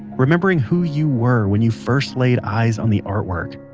remembering who you were when you first laid eyes on the artwork.